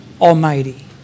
Almighty